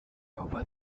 over